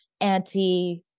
anti-